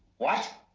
what?